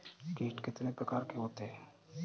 कीट कितने प्रकार के होते हैं?